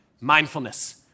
mindfulness